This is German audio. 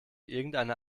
irgendeiner